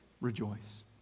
Rejoice